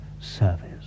service